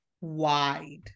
wide